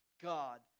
God